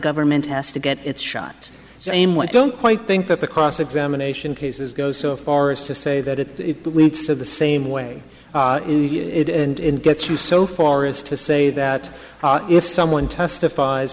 government has to get its shot same one i don't quite think that the cross examination cases go so far as to say that it leads to the same way in it and gets you so far as to say that if someone testifies